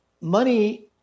money